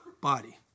body